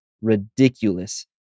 ridiculous